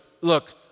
look